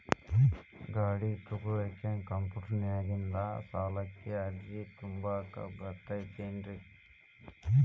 ಗಾಡಿ ತೊಗೋಳಿಕ್ಕೆ ಕಂಪ್ಯೂಟೆರ್ನ್ಯಾಗಿಂದ ಸಾಲಕ್ಕ್ ಅರ್ಜಿ ತುಂಬಾಕ ಬರತೈತೇನ್ರೇ?